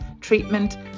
treatment